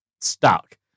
stuck